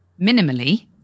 minimally